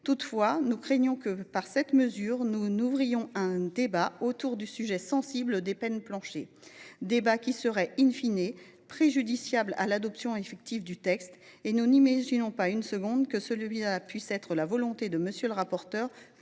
Toutefois, nous craignons que, par cette mesure, nous n’ouvrions un débat autour du sujet sensible des peines planchers, débat qui serait,, préjudiciable à l’adoption effective du texte. Nous n’imaginons pas une seconde que cela puisse être le souhait de M. le rapporteur,